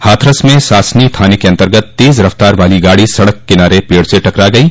हाथरस में सासनी थाने के अन्तर्गत तेज रफ्तार वाली गाड़ी सड़क किनारे पेड़ से टकरा गयी